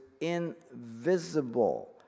invisible